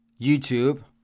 YouTube